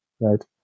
right